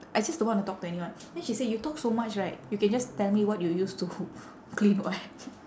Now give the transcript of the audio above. I just don't wanna talk to anyone then she say you talk so much right you can just tell me what you use to clean [what]